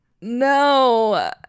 No